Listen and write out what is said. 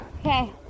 Okay